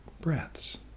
breaths